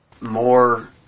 more